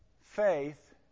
faith